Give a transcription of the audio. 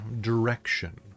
direction